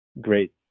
great